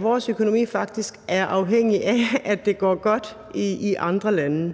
vores økonomi faktisk er afhængig af, at det går godt i andre lande.